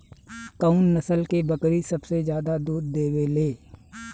कउन नस्ल के बकरी सबसे ज्यादा दूध देवे लें?